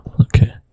okay